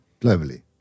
globally